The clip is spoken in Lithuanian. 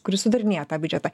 kuris sudarinėja tą biudžetą